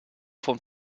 von